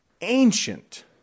ancient